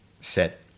set